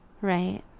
right